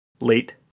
late